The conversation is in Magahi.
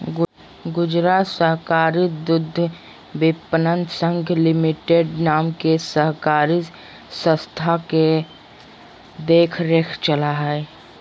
गुजरात सहकारी दुग्धविपणन संघ लिमिटेड नाम के सहकारी संस्था के देख रेख में चला हइ